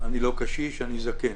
אני לא קשיש, אני זקן.